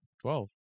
twelve